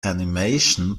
animation